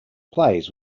plays